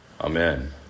Amen